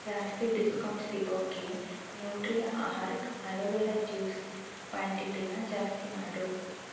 ಜಾಸ್ತಿ ಡಿಸ್ಕೌಂಟ್ ಸಿಗೋಕ್ಕೆ Nutriorg aloe vera juice ಕ್ವಾಂಟಿಟಿನ ಜಾಸ್ತಿ ಮಾಡು